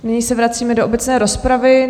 Nyní se vracíme do obecné rozpravy.